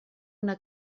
una